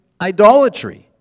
idolatry